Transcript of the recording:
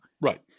Right